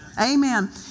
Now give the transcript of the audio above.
Amen